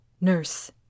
Nurse